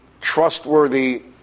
trustworthy